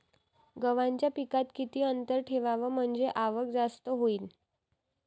गव्हाच्या पिकात किती अंतर ठेवाव म्हनजे आवक जास्त होईन?